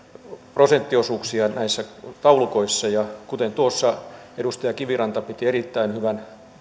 prosenttiosuuksia näissä taulukoissa kuten tuossa edustaja kiviranta piti erittäin hyvän